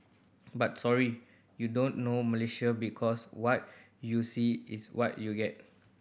but sorry you don't know Malaysia because what you see is what you get